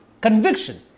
conviction